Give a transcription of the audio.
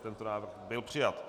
Tento návrh byl přijat.